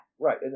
right